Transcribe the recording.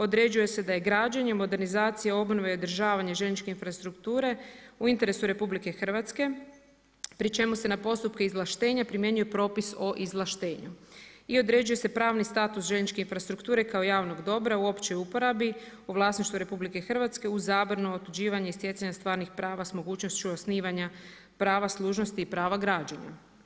Određuje se da je građenje, modernizacija obnove i održavanje željezničke infrastrukture u interesu RH pri čemu se na postupke izvlašteja primjenjuje propis o izvlaštenju i određuje se pravni status željezničke infrastrukture kao javnog dobra u općoj uporabi u vlasništvu RH u zabranu otuđivanje i stjecanje stvaranih prava sa mogućnošću osnivanja prava služnosti i prava građenja.